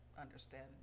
understand